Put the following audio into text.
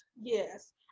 Yes